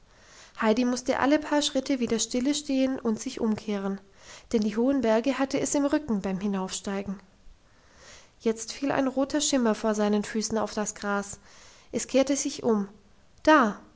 heidi musste alle paar schritte wieder stille stehen und sich umkehren denn die hohen berge hatte es im rücken beim hinaufsteigen jetzt fiel ein roter schimmer vor seinen füßen auf das gras es kehrte sich um da